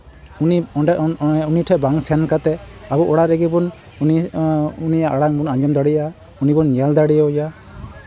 ᱩᱱᱤ ᱚᱸᱰᱮ ᱩᱱᱤ ᱴᱷᱮᱡ ᱵᱟᱝ ᱥᱮᱱ ᱠᱟᱛᱮᱫ ᱟᱵᱚ ᱚᱲᱟᱜ ᱨᱮᱜᱮ ᱵᱚᱱ ᱩᱱᱤᱭᱟᱜ ᱟᱲᱟᱝ ᱵᱚᱱ ᱟᱡᱚᱢ ᱫᱟᱲᱮᱭᱟᱜᱼᱟ ᱩᱱᱤ ᱵᱚᱱ ᱧᱮᱞ ᱫᱟᱲᱮ ᱟᱭᱟ